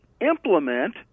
implement